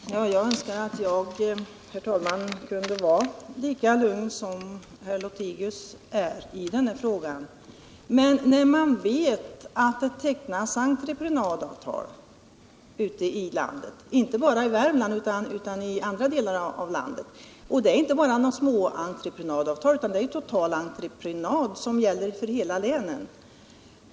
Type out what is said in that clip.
Herr talman! Jag önskar att jag kunde vara lika lugn som herr Lothigius i denna fråga. Jag vet dock att det både i Värmland och i andra delar av landet tecknas entreprenadavtal — och inte bara småavtal utan totalentreprenadavtal för hela län.